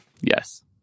Yes